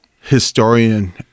historian